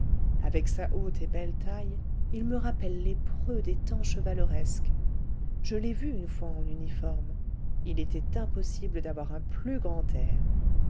avec sa haute et belle taille il me rappelle les preux des temps chevaleresques je l'ai vu une fois en uniforme il était impossible d'avoir un plus grand air